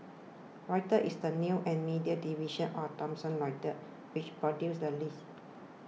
Reuters is the news and media division of Thomson Reuters which produced the list